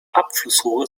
abflussrohre